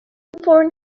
foreign